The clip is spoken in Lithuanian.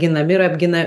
ginami ir apgina